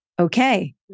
okay